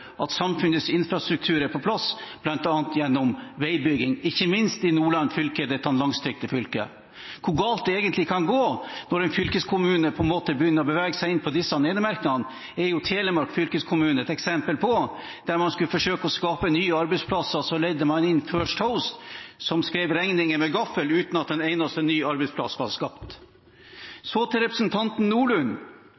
at samfunnets infrastruktur er på plass, bl.a. gjennom veibygging, ikke minst i Nordland fylke – dette langstrakte fylket. Hvor galt det egentlig kan gå når en fylkeskommune på en måte begynner å bevege seg inn på disse enemerkene, er Telemark fylkeskommune et eksempel på, der man skulle forsøke å skape nye arbeidsplasser. Man leide inn First House, som skrev regninger med gaffel, uten at en eneste ny arbeidsplass var skapt. Til representanten Nordlund: